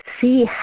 see